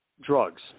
drugs